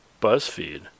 buzzfeed